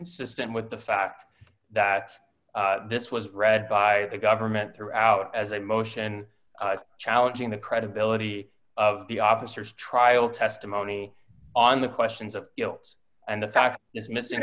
consistent with the fact that this was read by the government throughout as a motion challenging the credibility of the officers trial testimony on the questions of you know and the fact is missing